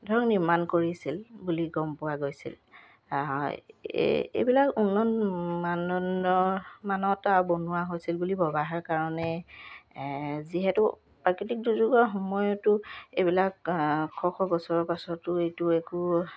ধৰক নিৰ্মাণ কৰিছিল বুলি গম পোৱা গৈছিল এইবিলাক উন্নত মানদণ্ড মানত বনোৱা হৈছিল বুলি ভবা হয় কাৰণে যিহেতু প্ৰাকৃতিক দুৰ্যোগৰ সময়তো এইবিলাক শ শ বছৰৰ পাছতো এইটো একো